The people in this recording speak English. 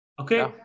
Okay